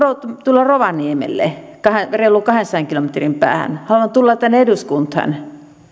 tulla rovaniemelle reilun kahdensadan kilometrin päähän haluan tulla tänne eduskuntaan